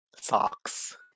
Socks